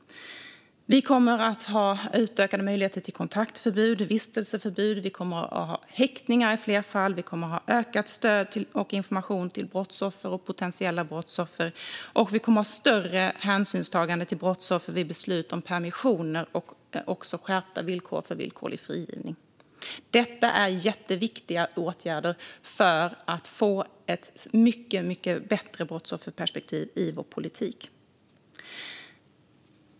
Vi kommer att utöka möjligheterna till kontaktförbud och vistelseförbud. Det blir häktningar i fler fall och ökat stöd och information till brottsoffer och potentiella brottsoffer. Det kommer att tas större hänsyn till brottsoffer vid beslut om permissioner och införas skärpta villkor för villkorlig frigivning. Detta är jätteviktiga åtgärder för att få ett mycket bättre brottsofferperspektiv i vår politik.